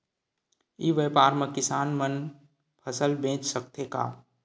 ई व्यवसाय म किसान मन फसल बेच सकथे का?